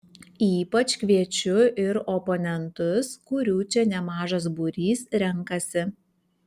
ypač kviečiu ir oponentus kurių čia nemažas būrys renkasi